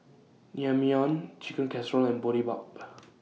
Naengmyeon Chicken Casserole and Boribap